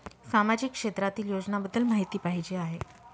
सामाजिक क्षेत्रातील योजनाबद्दल माहिती पाहिजे आहे?